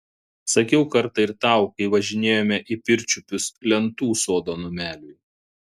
sakiau kartą ir tau kai važinėjome į pirčiupius lentų sodo nameliui